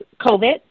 COVID